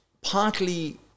partly